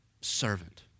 servant